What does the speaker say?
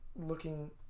looking